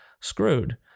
screwed